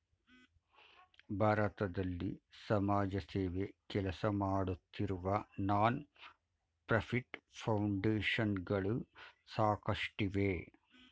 ಭಾರತದಲ್ಲಿ ಸಮಾಜಸೇವೆ ಕೆಲಸಮಾಡುತ್ತಿರುವ ನಾನ್ ಪ್ರಫಿಟ್ ಫೌಂಡೇಶನ್ ಗಳು ಸಾಕಷ್ಟಿವೆ